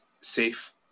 safe